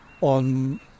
on